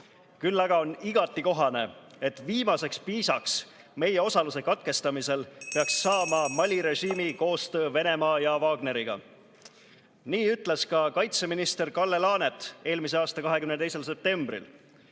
Küll aga on igati kohane, et viimaseks piisaks meie osaluse katkestamisel saaks Mali režiimi koostöö Venemaa ja Wagneriga. Nii ütles ka kaitseminister Kalle Laanet eelmise aasta 22. septembril: